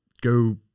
go